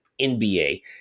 NBA